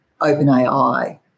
OpenAI